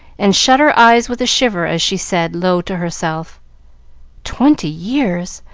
and shut her eyes with a shiver as she said, low, to herself twenty years!